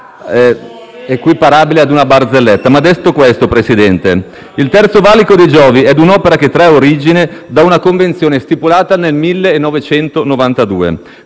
il Terzo valico dei Giovi è un'opera che trae origine da una convenzione stipulata nel 1992